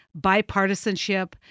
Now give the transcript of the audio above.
bipartisanship